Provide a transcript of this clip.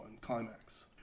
Climax